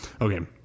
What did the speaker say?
Okay